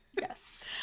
yes